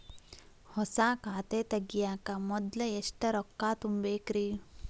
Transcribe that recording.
ಹೊಸಾ ಖಾತೆ ತಗ್ಯಾಕ ಮೊದ್ಲ ಎಷ್ಟ ರೊಕ್ಕಾ ತುಂಬೇಕ್ರಿ?